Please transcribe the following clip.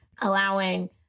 allowing